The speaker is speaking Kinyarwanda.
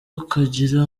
ukagira